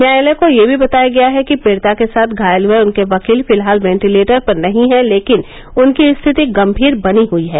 न्यायालय को यह भी बताया गया है कि पीड़िता के साथ घायल हुए उनके वकील फिलहाल वेंटिलेटर पर नही हैं लेकिन उनकी स्थिति गम्भीर बनी हई है